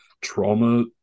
trauma